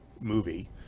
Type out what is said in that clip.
movie